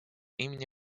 имени